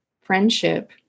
friendship